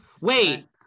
wait